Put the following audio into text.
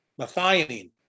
Methionine